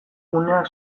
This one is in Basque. guneak